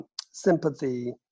sympathy